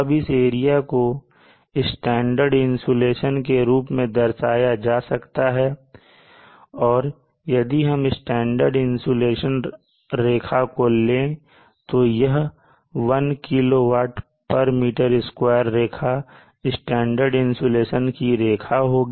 अब इस एरिया को स्टैंडर्ड इंसुलेशन के रूप में दर्शाया जा सकता है और यदि हम स्टैंडर्ड इंसुलेशन रेखा को ले तो यह 1 kWm2 रेखा स्टैंडर्ड इंसुलेशन की रेखा होगी